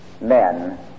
men